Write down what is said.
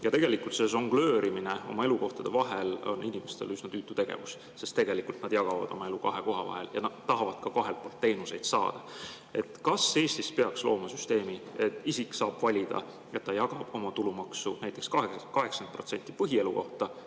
Tegelikult on see žongleerimine oma elukohtade vahel inimestel üsna tüütu tegevus. Nad jagavad oma elu kahe koha vahel ja tahavad ka kahelt poolt teenuseid saada. Kas Eestis peaks looma süsteemi, et inimene saab valida, et ta jagab oma tulumaksu näiteks 80% põhielukohta